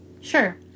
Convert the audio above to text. Sure